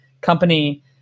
company